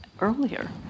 earlier